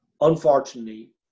unfortunately